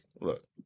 look